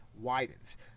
widens